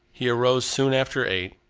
he arose soon after eight,